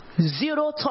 zero